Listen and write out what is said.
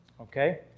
Okay